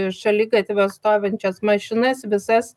šaligatvio stovinčias mašinas visas